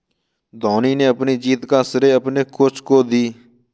धोनी ने अपनी जीत का श्रेय अपने कोच को दी